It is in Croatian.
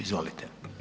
Izvolite.